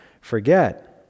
forget